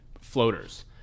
floaters